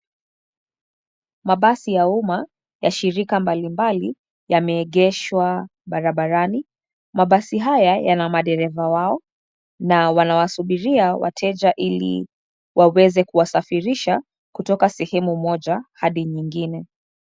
Mabasi ya umma ya shirika mbalimbali, yameegeshwa barabarani. Mabasi haya yana madereva wao na wanawasubiria wateja ili waweze kuwasafirisha kutoka sehemu moja hadi nyingine.